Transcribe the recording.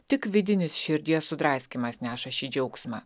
tik vidinis širdies sudraskymas neša šį džiaugsmą